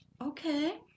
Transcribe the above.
okay